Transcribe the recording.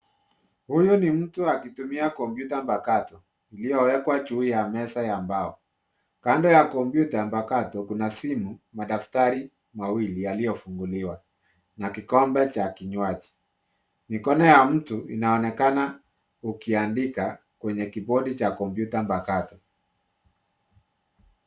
Huyo ni mtu akitumia komputa mpakato, iliyowekwa juu ya meza ya mbao, Kando ya komputa mpakato Kuna simu, madaftari mawili yaliyofunguliwa, na kikombe cha kinywaji .Mikono ya mtu inaonekana ukiandika kwenya kibodi cha komputa mpakato.